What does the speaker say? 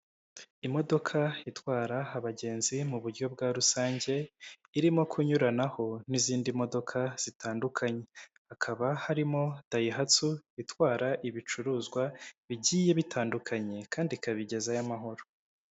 Imodoka itwara abagenzi mu buryo bwa rusange, irimo kunyuranaho n'izindi modoka zitandukanye, hakaba harimo dayihastu itwara ibicuruzwa bigiye bitandukanye kandi ikabigezayo amahoro.